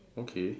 okay